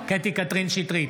קטי קטרין שטרית,